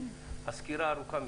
הסקירה ארוכה מדי.